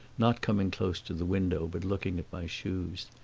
not coming close to the window but looking at my shoes.